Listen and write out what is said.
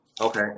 Okay